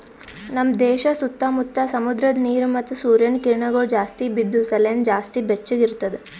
ನಮ್ ದೇಶ ಸುತ್ತಾ ಮುತ್ತಾ ಸಮುದ್ರದ ನೀರ ಮತ್ತ ಸೂರ್ಯನ ಕಿರಣಗೊಳ್ ಜಾಸ್ತಿ ಬಿದ್ದು ಸಲೆಂದ್ ಜಾಸ್ತಿ ಬೆಚ್ಚಗ ಇರ್ತದ